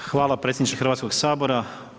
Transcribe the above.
Hvala predsjedniče Hrvatskog sabora.